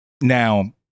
Now